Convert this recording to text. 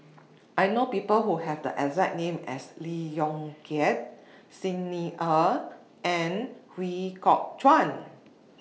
I know People Who Have The exact name as Lee Yong Kiat Xi Ni Er and Ooi Kok Chuen